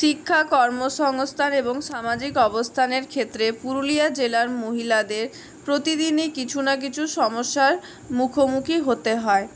শিক্ষা কর্ম সংস্থান এবং সামাজিক অবস্থানের ক্ষেত্রে পুরুলিয়া জেলার মহিলাদের প্রতিদিনই কিছু না কিছু সমস্যার মুখোমুখি হতে হয়